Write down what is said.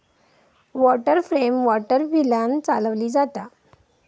water frame water व्हीलांन चालवली जाता